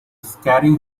scaring